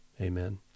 Amen